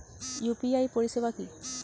UPI পরিষেবা কি?